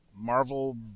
Marvel